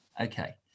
okay